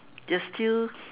there is still